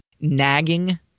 nagging